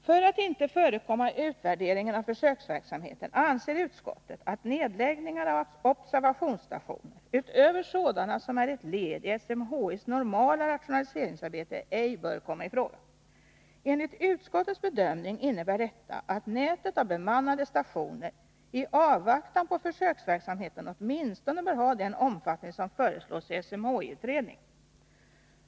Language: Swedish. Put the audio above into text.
”För att inte förekomma utvärderingen av försöksverksamheten anser utskottet att nedläggningar av observationsstationer utöver sådana som är ett led i SMHI:s normala rationaliseringsarbete ej bör komma i fråga. Enligt utskottets bedömning innebär detta att nätet av bemannade stationer i avvaktan på försöksverksamheten åtminstone bör ha den omfattning som föreslås i SMHI-utredningen.